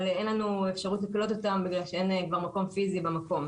אין לנו אפשרות לקלוט אותם כי אין מקום פיזי במקום.